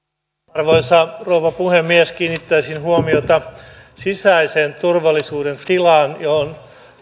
arvoisa rouva puhemies kiinnittäisin huomiota sisäisen turvallisuuden tilaan johon